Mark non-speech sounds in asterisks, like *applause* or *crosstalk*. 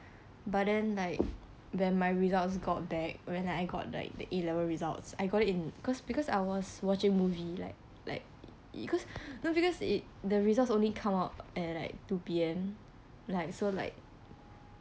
*breath* but then like when my results got back when I got like the A levels results I got it in because because I was watching movie like like because *breath* because it the results only come out at like two P_M like so like